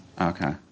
Okay